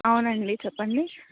అవునండి చెప్పండి